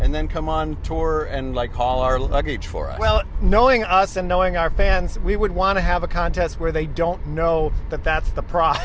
and then come on tour and like all our luggage for us well knowing us and knowing our fans we would want to have a contest where they don't know that that's the proce